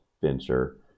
Fincher